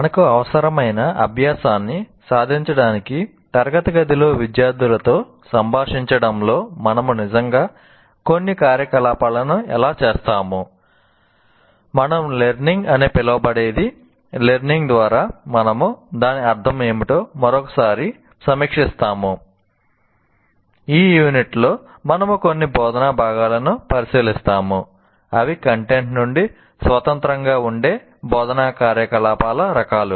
మనకు అవసరమైన అభ్యాసాన్ని సాధించడానికి తరగతి గదిలో విద్యార్థులతో సంభాషించడంలో మనము నిజంగా కొన్ని కార్యకలాపాలను ఎలా చేస్తాము ఈ యూనిట్లో మనము కొన్ని బోధనా భాగాలను పరిశీలిస్తాము అవి కంటెంట్ నుండి స్వతంత్రంగా ఉండే బోధనా కార్యకలాపాల రకాలు